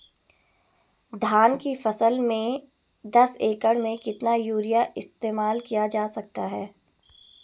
धान की फसल में दस एकड़ में कितना यूरिया इस्तेमाल किया जा सकता है?